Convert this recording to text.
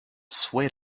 swayed